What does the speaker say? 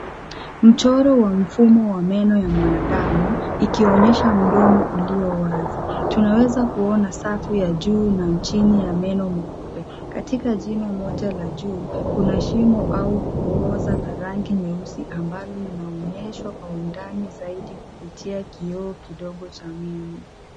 Mchoro wa mfumo wa meno ya mwanadamu ikionyesha mdomo ulio wazi. Tunaweza kuona safu ya juu na chini ya meno meupe. Katika jino moja la juu, kuna shimo au kuoza la rangi nyeusi ambalo linaonyeshwa kwa undani zaidi kupitia kioo kidogo cha meno.